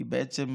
כי בעצם,